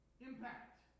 impact